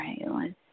right